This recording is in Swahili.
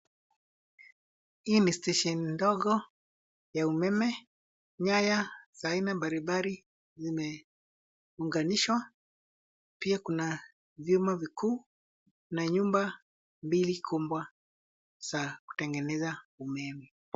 Hii ni station ndogo ya umeme. Nyaya za aina mbalimbali zimeunganishwa, pia kuna vyuma vikuu na nyumba mbili kubwa za kutengeneza umeme.